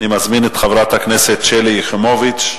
אני מזמין את חברת הכנסת שלי יחימוביץ,